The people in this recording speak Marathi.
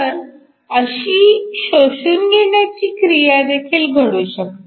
तर अशी शोषून घेण्याची क्रियादेखील घडू शकते